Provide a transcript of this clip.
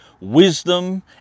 wisdom